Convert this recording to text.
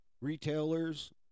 Retailers